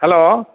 hello